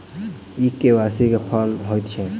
ई KYC form की हएत छै?